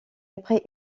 après